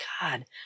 God